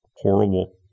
horrible